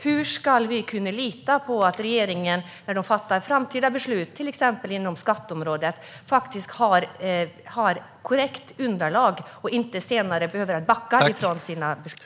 Hur ska vi kunna lita på att regeringen, när den fattar framtida beslut inom till exempel skatteområdet, faktiskt har ett korrekt underlag så att den inte senare behöver backa ifrån sina beslut?